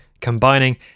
combining